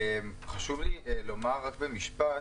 חשוב לי לומר רק במשפט